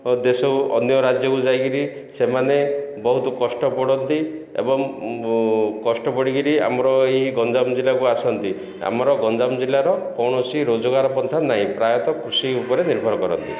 ଦେଶ ଅନ୍ୟ ରାଜ୍ୟକୁ ଯାଇକରି ସେମାନେ ବହୁତ କଷ୍ଟ ପଡ଼ନ୍ତି ଏବଂ କଷ୍ଟ ପଡ଼ିକରି ଆମର ଏହି ଗଞ୍ଜାମ ଜିଲ୍ଲାକୁ ଆସନ୍ତି ଆମର ଗଞ୍ଜାମ ଜିଲ୍ଲାର କୌଣସି ରୋଜଗାର ପ୍ରଥା ନାହିଁ ପ୍ରାୟତଃ କୃଷି ଉପରେ ନିର୍ଭର କରନ୍ତି